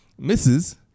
Mrs